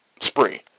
spree